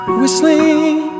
whistling